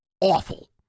awful